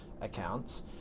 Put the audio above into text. accounts